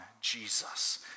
Jesus